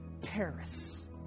Paris